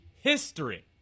history